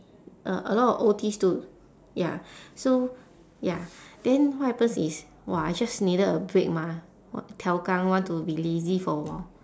uh a lot of O_Ts too ya so ya then what happens is !wah! I just needed a break mah what tiao gang want to be lazy for a while